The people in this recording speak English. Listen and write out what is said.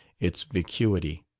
its vacuity.